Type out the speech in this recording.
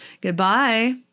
goodbye